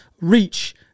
reach